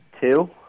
two